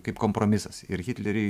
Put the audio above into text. kaip kompromisas ir hitleriui